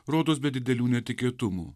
rodos be didelių netikėtumų